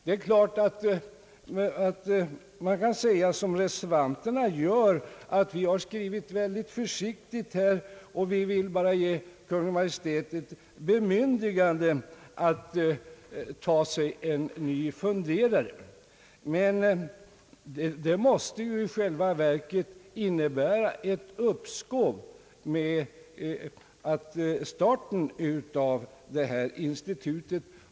Det är klart att man kan säga som reservanterna att man skrivit mycket försiktigt och bara vill ge Kungl. Maj:t ett bemyndigande att ta sig en ny fundera re. Det måste emellertid i själva verket innebära ett uppskov med starten av institutet.